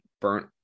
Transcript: burnt